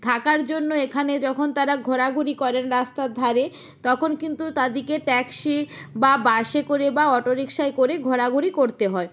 থাকার জন্য এখানে যখন তারা ঘোরাঘুরি করেন রাস্তার ধারে তখন কিন্তু তাদিকে ট্যাক্সি বা বাসে করে বা অটো রিকশায় করে ঘোরাঘুরি করতে হয়